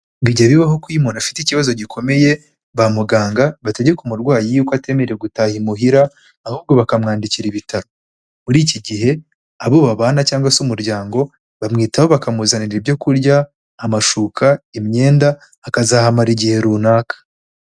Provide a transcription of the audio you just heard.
Bijya bibaho ko iyo umuntu afite ikibazo gikomeye, ba muganga bategeka umurwayi yuko atemerewe gutaha imuhira, ahubwo bakamwandikira ibitaro, muri icyo gihe abo babana cyangwa se umuryango, bamwitaho bakamuzanira ibyo kurya, amashuka, imyenda, akazahamara igihe runaka.